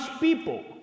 people